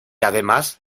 además